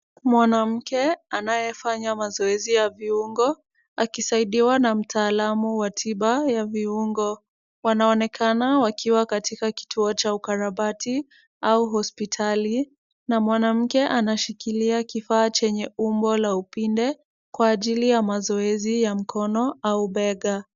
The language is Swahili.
Mwanamke anayefanya mazoezi ya viungo akisaidiwa na mtaalamu wa tiba ya viungo. Wanaonekana wakiwa katika kituo cha ukarabati au hospitali na mwanamke anashikilia kifaa chenye umbo la upinde, kwa ajili ya mazoezi ya mkono au bega.